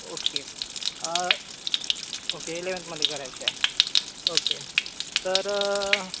okay okay एलेवेंथमध्ये करायचं आहे ओके तर